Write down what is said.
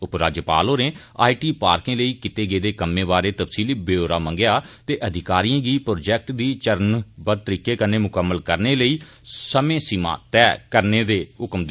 उप राज्यपाल होरें आई टी पार्के लेई कीते गेदे कम्मै बारै तफसीली ब्यौरा मंगेआ ते अधिकारिएं गी प्रौजेक्ट की चरणबद्द तरीकै कन्नै मुकम्मल करने लेई समें सीमा तय करने लेई आक्खेया